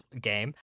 game